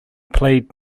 played